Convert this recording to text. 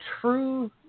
true